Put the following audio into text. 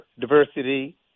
Diversity